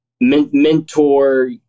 mentor